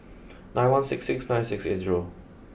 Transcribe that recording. nine one six six nine six eight zero